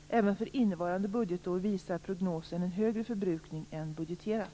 Även för innevarande budgetår visar prognosen på en högre förbrukning än budgeterat.